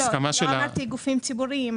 הסכמה של --- לא אמרתי: "גופים ציבוריים",